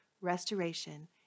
restoration